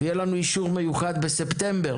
ויהיה לנו אישור מיוחד בספטמבר